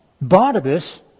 Barnabas